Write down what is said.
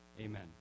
amen